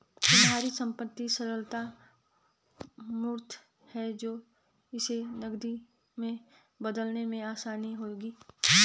तुम्हारी संपत्ति तरलता मूर्त है तो इसे नकदी में बदलने में आसानी होगी